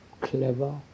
clever